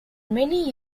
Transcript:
many